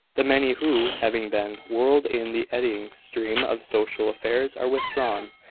the many who, having been whirled in the eddying stream of social affairs, are withdrawn,